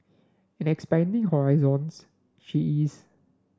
and expanding horizons she is